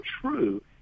true